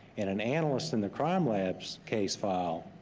and an analyst in the crime lab's case file.